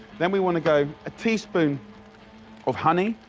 then we wanna go a teaspoon of honey.